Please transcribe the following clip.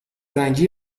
رنگی